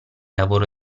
lavoro